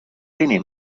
tiene